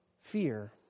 fear